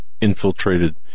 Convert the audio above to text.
infiltrated